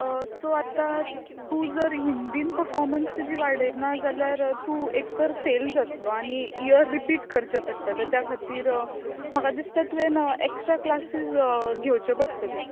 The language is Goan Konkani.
सो आतां तूं जर हिंदीन पर्फोरमन्स तुजी वाडयना जाल्यार तूं एक तर फेल जातलो आनी इयर रीपीट करचें पडटलें त्या खातीर म्हाका दिसता तुयेन एक्ट्रा क्लासीस घेवच्यो पडटल्यो